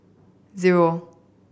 zero